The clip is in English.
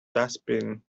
dustbin